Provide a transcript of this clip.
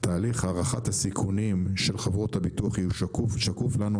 תהליך הערכת הסיכונים של חברות הביטוח יהיה שקוף לנו,